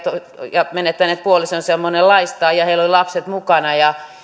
ja menettäneet puolisonsa ja monenlaista ja ja heillä oli lapset mukana